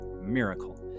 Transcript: miracle